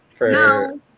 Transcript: No